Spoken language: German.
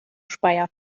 speyer